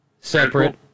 separate